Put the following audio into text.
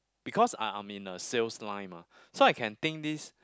because I I'm in the sales line mah so I can think this